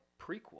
prequel